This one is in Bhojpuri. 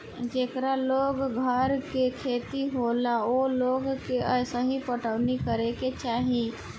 जेकरा लगे घर के खेत होला ओ लोग के असही पटवनी करे के चाही